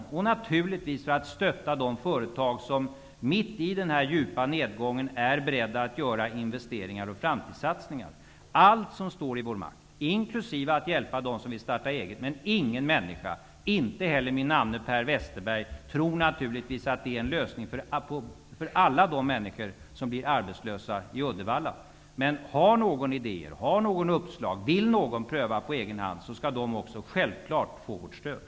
Vi skall naturligtvis stötta de företag som mitt under denna djupa nedgång är beredda att göra investeringar och framtidssatsningar. Vi skall, som sagt, göra allt som står i vår makt, inkl. hjälpa dem som vill starta eget. Ingen människa -- inte heller min namne Per Westerberg -- tror dock att det är någon lösning för alla de människor i Uddevalla, som blir arbetslösa. Men om det är någon som har idéer och förslag, som han/hon vill pröva på egen hand, skall vi självfallet ge vårt stöd.